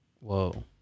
Whoa